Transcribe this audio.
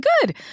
good